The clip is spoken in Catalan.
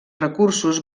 recursos